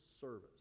service